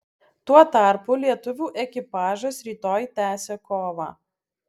tuo tarpu lietuvių ekipažas rytoj tęsia kovą